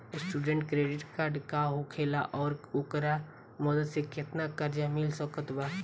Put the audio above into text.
Student credit card का होखेला और ओकरा मदद से केतना कर्जा मिल सकत बा?